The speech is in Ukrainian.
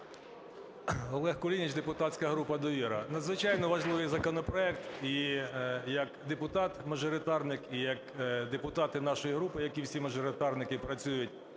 Олег Кулініч, депутатська група "Довіра". Надзвичайно важливий законопроект, і як депутат мажоритарник, і як депутати нашої групи, як і всі мажоритарники, які працюють